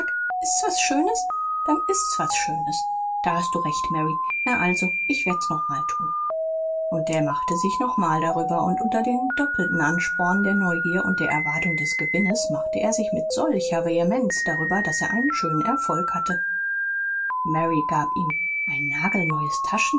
ist was schönes dann ist's was schönes da hast du recht mary na also ich werd's noch mal tun und er machte sich nochmal darüber und unter dem doppelten ansporn der neugier und der erwartung des gewinnes machte er sich mit solcher vehemenz darüber daß er einen schönen erfolg hatte mary gab ihm ein nagelneues